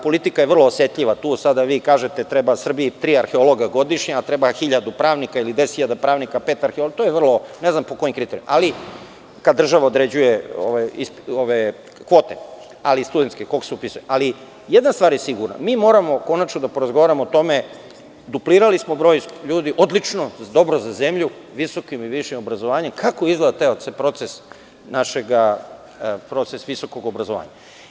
Politika je vrlo osetljiva tu, sada vi kažete – treba Srbiji tri arheologa godišnje , a treba hiljadu pravnik ili 10.000 pravnika, pet arheologa, to je vrlo, ne znam po kojim kriterijumima, ali kada država određuje kvote, ali studentske ko se upisuje, jedna stvar je sigurna mi moramo konačno da porazgovaramo o tome, duplirali smo broj ljudi, odlično, dobro za zemlju, visokim i višim obrazovanjem, kako izgleda taj proces našeg visokog obrazovanja?